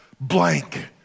blank